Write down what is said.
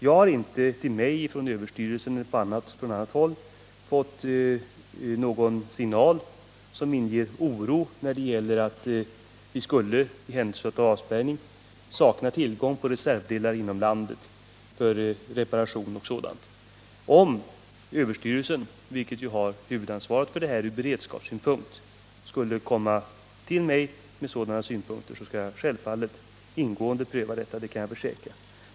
Jag har inte från överstyrelsen eller från annat håll fått någon signal som inger oro för att vi i händelse av avspärrning skulle sakna tillgång på reservdelar inom landet för reparation och sådant. Om överstyrelsen, vilken ju har huvudansvaret ur beredskapssynpunkt, skulle komma till mig med sådana synpunkter, kommer jag självfallet att ingående pröva detta, det kan jag försäkra.